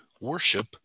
worship